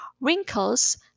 wrinkles